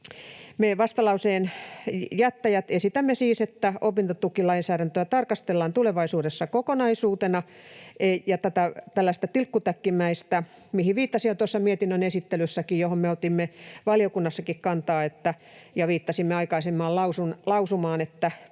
Me vastalauseen jättäjät esitämme siis, että opintotukilainsäädäntöä tarkastellaan tulevaisuudessa kokonaisuutena — mihin viittasin jo tuossa mietinnön esittelyssäkin ja johon me otimme valiokunnassakin kantaa ja viittasimme aikaisempaan lausumaan —